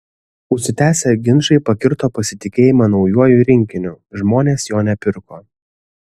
užsitęsę ginčai pakirto pasitikėjimą naujuoju rinkiniu žmonės jo nepirko